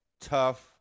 tough